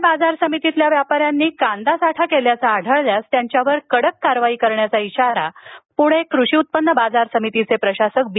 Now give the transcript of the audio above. प्णे बाजार समितीतील व्यापाऱ्यांनी कांदा साठा केल्याचं आढळल्यास त्यांच्यावर कारवाईचा इशारा प्णे कृषी उत्पन्न बाजार समितीचे प्रशासक बी